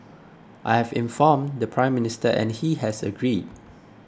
I have informed the Prime Minister and he has agreed